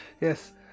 Yes